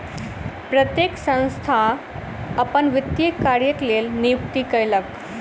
प्रत्येक संस्थान अपन वित्तीय कार्यक लेल नियुक्ति कयलक